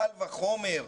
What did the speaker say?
קל וחומר,